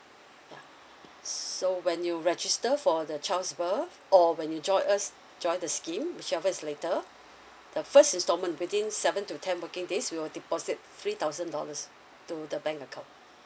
yeah s~ so when you register for the child's birth or when you join us join the scheme whichever is later the first installment within seven to ten working days we will deposit three thousand dollars to the bank account